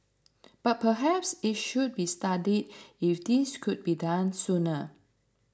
but perhaps it should be studied if this could be done sooner